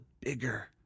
bigger